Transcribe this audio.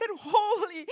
Holy